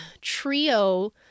trio